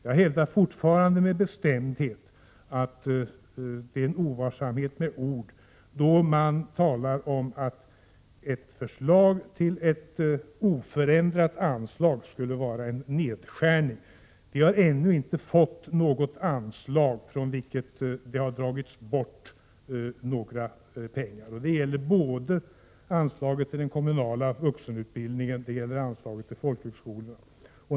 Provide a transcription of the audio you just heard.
Jag hävdar fortfarande med bestämdhet att det är ovarsamhet med ord när man talar om att ett förslag till ett oförändrat anslag skulle vara en nedskärning. Det har ännu inte dragits bort pengar från något anslag, och det gäller både anslaget till den kommunala vuxenutbildningen och anslaget till folkhögskolorna.